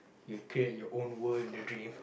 you have create your own world in the dreams